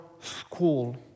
school